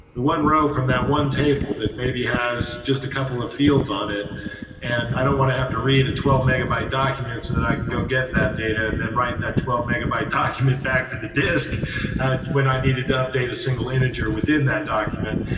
the one row from that one table that maybe has just a couple of fields on it and i don't want to have to read a twelve megabyte document so that i can go get that data and then write that twelve megabyte document back to the disk when i needed to update a single image or within that document.